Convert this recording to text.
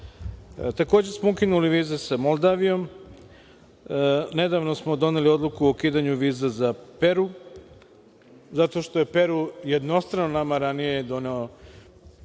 Takođe smo ukinuli vize sa Moldavijom. Nedavno smo doneli odluku o ukidanju viza za Peru, zato što je Peru jednostrano ranije doneo